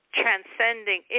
transcending